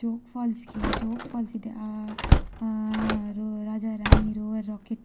ಜೋಗ ಫಾಲ್ಸ್ಗೆ ಜೋಗ ಫಾಲ್ಸ್ ಇದೆ ಆ ರೋ ರಾಜ ರಾಣಿ ರೋರರ್ ರಾಕೆಟ್